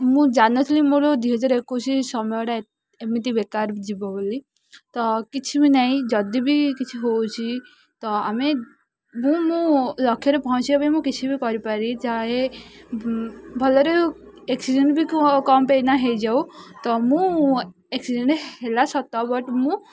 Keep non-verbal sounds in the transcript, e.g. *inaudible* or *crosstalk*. ମୁଁ ଜାଣିଥିଲି ମୋର ଦୁଇ ହଜାର ଏକୋଇଶ ସମୟଟା ଏମିତି ବେକାର ଯିବ ବୋଲି ତ କିଛି ବି ନାହିଁ ଯଦି ବି କିଛି ହଉଛି ତ ଆମେ ମୁଁ ମୁଁ ଲକ୍ଷ୍ୟରେ ପହଞ୍ଚିବା ପାଇଁ ମୁଁ କିଛି ବି କରିପାରି ଯାଏ ଭଲରେ ଆକ୍ସିଡ଼େଣ୍ଟ ବି *unintelligible* ପାଇଁନା ହେଇଯାଉ ତ ମୁଁ ଆକ୍ସିଡ଼େଣ୍ଟ ହେଲା ସତ ବଟ୍ ମୁଁ